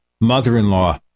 mother-in-law